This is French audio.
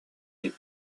les